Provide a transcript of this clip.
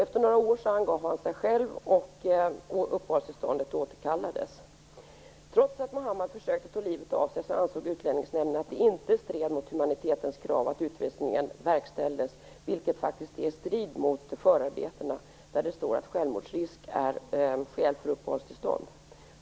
Efter några år angav han sig själv och uppehållstillståndet återkallades. Trots att Mohammed försökt att ta livet av sig ansåg Utlänningsnämnden att det inte stred mot humanitetens krav att utvisningen verkställdes, vilket faktiskt är i strid med förarbetena där det står att självmordsrisk är skäl för uppehållstillstånd.